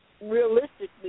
realistically